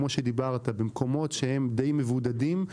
במקומות שהם די מבודדים,